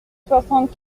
soixante